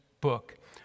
book